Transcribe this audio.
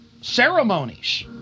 ceremonies